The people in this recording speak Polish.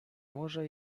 może